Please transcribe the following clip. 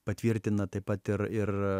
patvirtina taip pat ir ir